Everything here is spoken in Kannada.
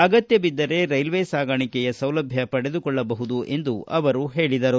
ಅಗತ್ಯಬಿದ್ದರೆ ರೈಲ್ವೆ ಸಾಗಾಣಿಕೆಯ ಸೌಲಭ್ಯ ಪಡೆದುಕೊಳ್ಳಬಹುದು ಎಂದು ಅವರು ಹೇಳಿದರು